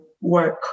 work